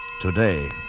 today